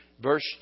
Verse